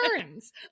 turns